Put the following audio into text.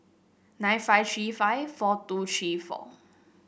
nine five three five four two three four